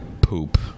Poop